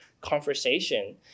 conversation